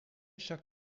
chaque